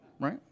Right